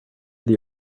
that